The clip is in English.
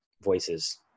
voices